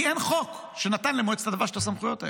כי אין חוק שנתן למועצת הדבש את הסמכויות האלה.